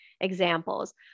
examples